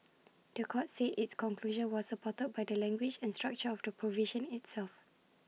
The Court said its conclusion was supported by the language and structure of the provision itself